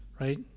right